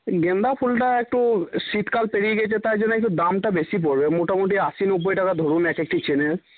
গাঁদা ফুলটা একটু শীতকাল পেরিয়ে গিয়েছে তাই জন্য একটু দামটা বেশি পড়বে মোটামুটি আশি নব্বই টাকা ধরুন এক একটি চেনের